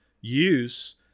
use